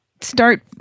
start